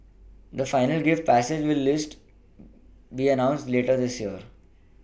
the final gift package list be announced later this year